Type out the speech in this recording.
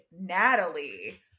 Natalie